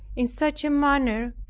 in such a manner,